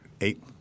Eight